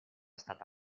stata